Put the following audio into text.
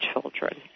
children